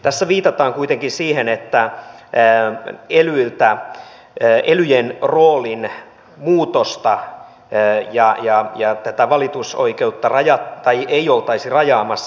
tässä viitataan kuitenkin siihen että elyjen roolin muutosta ja tätä valitusoikeutta ei oltaisi rajaamassa